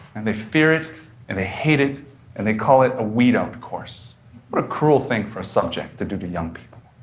and they fear it and they hate it and they call it a weed-out course a cruel thing for a subject to do to young people,